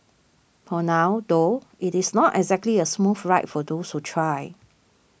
for now though it is not exactly a smooth ride for those who try